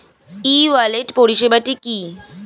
ই wallet পরিষেবাটি কি?